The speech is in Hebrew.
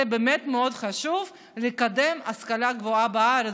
זה באמת מאוד חשוב לקדם השכלה גבוהה בארץ.